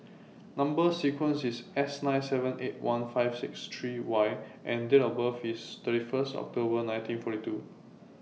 Number sequence IS S nine seven eight one five six three Y and Date of birth IS thirty First October nineteen forty two